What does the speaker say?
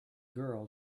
girl